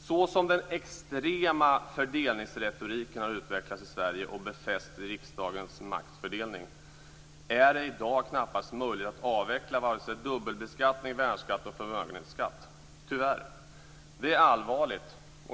Såsom den extrema fördelningsretoriken har utvecklats i Sverige och befästs i riksdagens maktfördelning är det i dag knappast möjligt att avveckla vare sig dubbelbeskattning, värnskatt eller förmögenhetsskatt - tyvärr. Det är allvarligt.